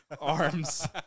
arms